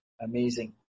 amazing